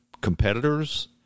competitors